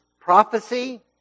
Prophecy